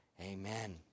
Amen